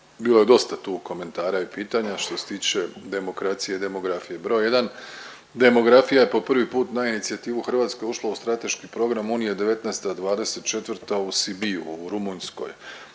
bilo je dosta tu komentara i pitanja što se tiče demokracije i demografije. Broj jedan, demografija je po prvi put na inicijativu Hrvatske ušla u strateški program unije '19.-'24. u Sibiu u Rumunjskoj.